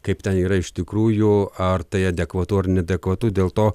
kaip ten yra iš tikrųjų ar tai adekvatu ar neadekvatu dėl to